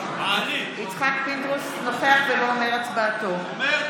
מלכיאלי, נוכח ולא אומר הצבעתו אבי מעוז,